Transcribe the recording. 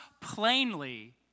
plainly